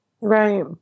Right